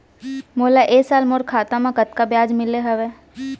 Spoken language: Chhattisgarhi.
मोला ए साल मोर खाता म कतका ब्याज मिले हवये?